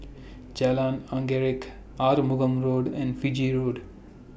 Jalan Anggerek Arumugam Road and Fiji Road